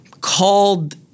called